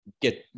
Get